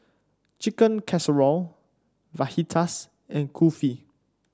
Chicken Casserole Fajitas and Kulfi